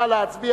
נא להצביע.